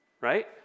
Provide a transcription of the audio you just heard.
right